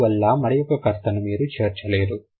అందువల్ల మరియొక కర్తను మీరు చేర్చలేరు